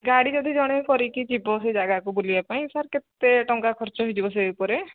ଗାଡ଼ି ଯଦି ଜଣେ କରିକି ଯିବ ସେ ଜାଗାକୁ ବୁଲିବା ପାଇଁ ସାର୍ କେତେ ଟଙ୍କା ଖର୍ଚ୍ଚ ହେଇଯିବ ସେଇ ଉପରେ